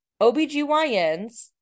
OBGYNs